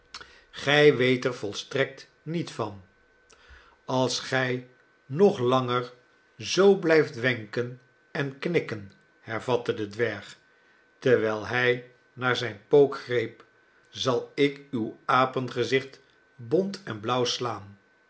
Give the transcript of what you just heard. gij weet er volstrekt niet van als gij nog langer zoo blijft wenken en knikken hervatte de dwerg terwijl hij naar zijn pook greep zal ik uw apengezicht bont en blauw slaan